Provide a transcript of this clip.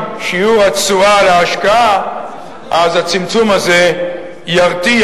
זכויות האשה קובע שבוועדה שבין חבריה נציג ציבור יינתן ביטוי